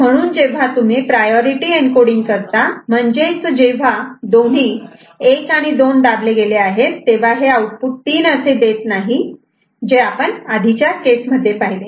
म्हणून जेव्हा तुम्ही प्रायॉरिटी एन्कोडींग करतात म्हणजेच जेव्हा दोन्ही 1 आणि 2 दाबले गेले आहेत तेव्हा हे आउटपुट 3 असे देत नाही जे आपण आधीच्या केस मध्ये पाहिले